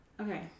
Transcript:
Okay